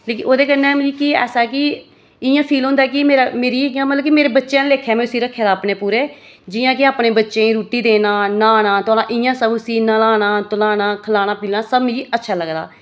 लेकिन ओह्दे कन्नै मिगी ऐसा ऐ कि इ'यां फील होंदा ऐ कि मेरे मेरी इ'यां मतलब कि मेरे बच्चे आह्ला लेखा में उसी रक्खे दा अपने पूरे जि'यां कि अपने बच्चें ई रुट्टी देना न्हाना धुआना इ'यां सब उसी न्हाना धुआना खलाना पिलाना सब मिगी अच्छा लगदा